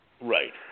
Right